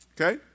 Okay